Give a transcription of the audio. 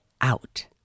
out